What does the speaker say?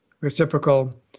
reciprocal